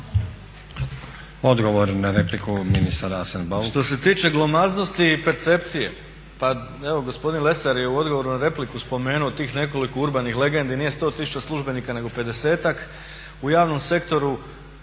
Odgovor na repliku ministar Arsen Bauk.